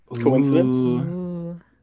Coincidence